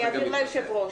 אני אעביר ליושב-ראש.